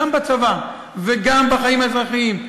גם בצבא וגם בחיים האזרחיים,